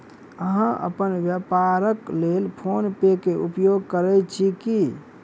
अहाँ अपन व्यापारक लेल फ़ोन पे के उपयोग करै छी की?